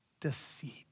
deceit